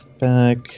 back